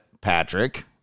Patrick